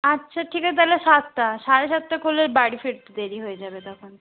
আচ্ছা ঠিক আছে তাহলে সাতটা সাড়ে সাতটা করলে বাড়ি ফিরতে দেরি হয়ে যাবে তখন